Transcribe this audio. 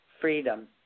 freedom